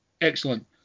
Excellent